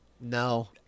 No